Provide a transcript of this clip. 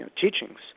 teachings